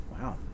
Wow